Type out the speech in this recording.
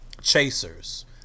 chasers